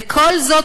וכל זאת,